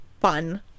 fun